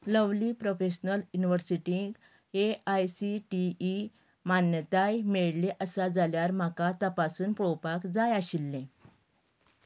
lovely professional युनिव्हर्सिटीक A I C T E मान्यताय मेळिल्ली आसा जाल्यार म्हाका तपासून पळोवपाक जाय आशिल्लें